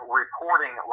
reporting